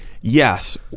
yes